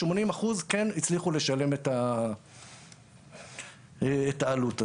80 אחוזים מהדיירים כן הצליחו לשלם את העלות הזאת.